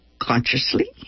consciously